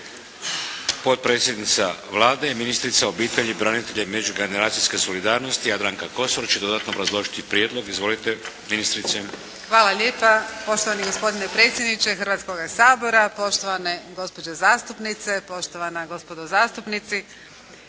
Potpredsjednica Vlade, ministrica obitelji, branitelja i međugeneracijske solidarnosti Jadranka Kosor će dodatno obrazložiti prijedlog. Izvolite ministrice. **Kosor, Jadranka (HDZ)** Hvala lijepa poštovani gospodine predsjedniče Hrvatskoga sabora, poštovane gospođe zastupnice, poštovana gospodo zastupnici.